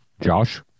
josh